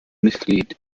mitglied